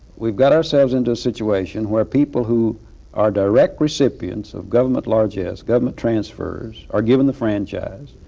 we've got ourselves into a situation where people who are direct recipients of government largesse, government transfers, are given the franchise.